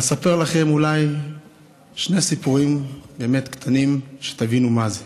ואספר לכם שני סיפורים באמת קטנים, שתבינו מה זה.